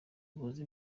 buze